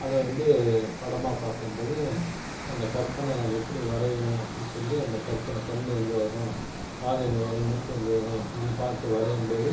அதை வந்து படமாக பார்க்கும் போது அந்த கற்பனை எப்படி வரையணும் அப்புடின்னு சொல்லி அந்த கற்பனை கண்ணு எங்கள் வரும் காது எங்கள் வரும் மூக்கு எங்கள் வரும் பார்த்து வரையும் போது